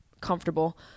comfortable